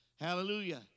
Hallelujah